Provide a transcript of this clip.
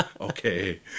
Okay